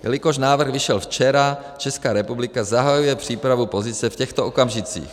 Jelikož návrh vyšel včera, Česká republika zahajuje přípravu pozice v těchto okamžicích.